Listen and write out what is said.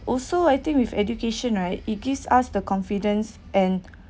also I think with education right it gives us the confidence and